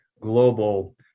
global